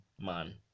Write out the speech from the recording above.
man